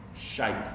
shape